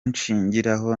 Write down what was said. nshingiraho